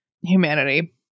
humanity